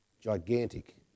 Gigantic